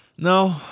No